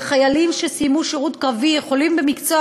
וחיילים שסיימו שירות צבאי יכולים במקצוע